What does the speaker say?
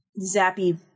zappy